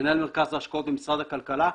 מנהל מרכז ההשקעות במשרד הכלכלה,